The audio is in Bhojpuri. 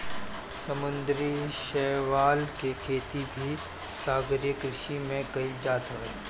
समुंदरी शैवाल के खेती भी सागरीय कृषि में कईल जात हवे